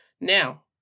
Now